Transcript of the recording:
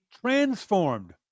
transformed